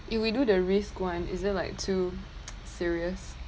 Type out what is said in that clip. if we do the risk one is that like too serious